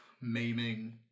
maiming